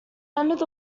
end